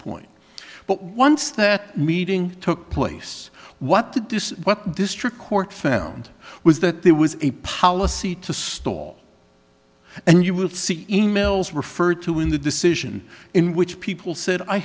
point but once that meeting took place what to do what district court found was that there was a policy to stall and you will see emails referred to in the decision in which people said i